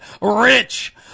Rich